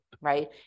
Right